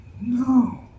No